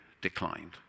declined